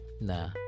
Nah